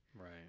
Right